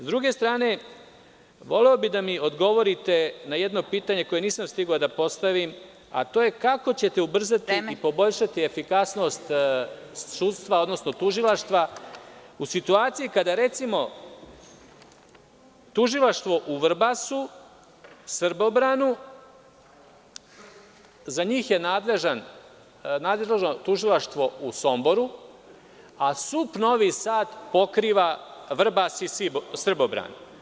S druge strane, voleo bih da mi odgovorite na jedno pitanje koje nisam stigao da postavim, a to je kako ćete ubrzati i poboljšati efikasnost sudstva, odnosno tužilaštva u situaciji kada, recimo, tužilaštvo u Vrbasu, Srbobranu, za njih je nadležno tužilaštvo u Somboru, a SUP Novi Sad pokriva Vrbas i Srbobran.